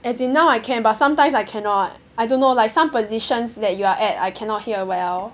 as in now I can but sometimes I cannot I don't know like some positions that you are at I cannot hear well